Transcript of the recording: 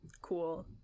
cool